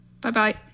Bye-bye